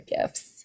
gifts